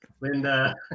Linda